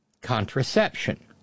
contraception